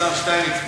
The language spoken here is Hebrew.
השר שטייניץ,